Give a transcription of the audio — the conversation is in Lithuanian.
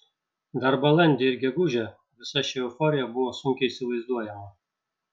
dar balandį ir gegužę visa ši euforija buvo sunkiai įsivaizduojama